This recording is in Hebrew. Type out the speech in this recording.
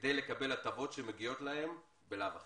כדי לקבל הטבות שמגיעות להם בלאו הכי.